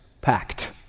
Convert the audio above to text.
packed